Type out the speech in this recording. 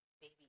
baby